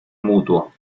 mutuo